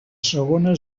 segona